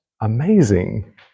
amazing